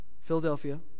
Philadelphia